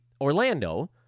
Orlando